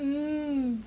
mm